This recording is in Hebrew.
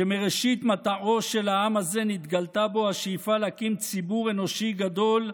שמראשית מטעו של העם הזה נתגלתה בו השאיפה להקים ציבור אנושי גדול,